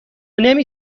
نمی